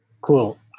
Cool